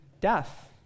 Death